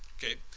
okay.